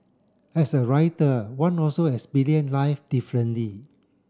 as a writer one also life differently